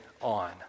on